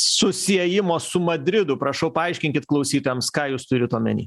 susiejimo su madridu prašau paaiškinkit klausytojams ką jūs turit omeny